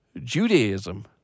Judaism